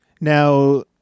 Now